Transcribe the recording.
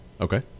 Okay